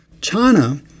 China